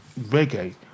reggae